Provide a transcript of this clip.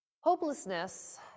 Hopelessness